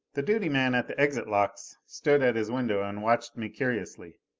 the duty man at the exit locks stood at his window and watched me curiously.